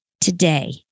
today